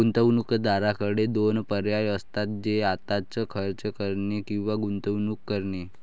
गुंतवणूकदाराकडे दोन पर्याय असतात, ते आत्ताच खर्च करणे किंवा गुंतवणूक करणे